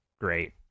great